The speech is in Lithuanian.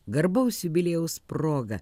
garbaus jubiliejaus proga